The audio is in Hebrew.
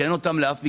שאין אותו לאף מגזר,